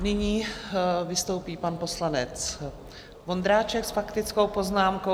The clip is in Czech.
Nyní vystoupí pan poslanec Vondráček s faktickou poznámkou.